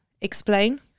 Explain